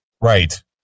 Right